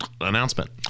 announcement